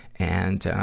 and, ah,